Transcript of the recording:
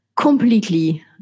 completely